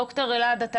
ד"ר אלעד, אתה